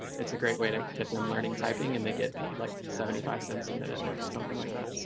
it's a great way to get them learning, typing and they get paid like seventy five cents a minute or something like that. so